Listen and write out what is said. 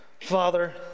Father